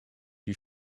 you